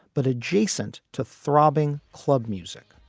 but adjacent to throbbing club music,